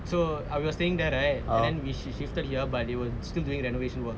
so are we were staying there right and then she she shifted here but they were still doing renovation work